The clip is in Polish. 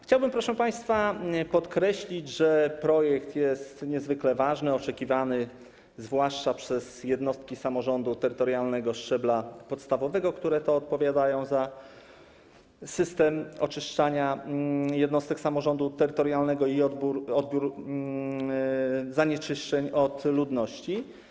Chciałbym, proszę państwa, podkreślić, że projekt jest niezwykle ważny, oczekiwany, zwłaszcza przez jednostki samorządu terytorialnego szczebla podstawowego, które to odpowiadają za system oczyszczania jednostek samorządu terytorialnego i odbiór zanieczyszczeń od ludności.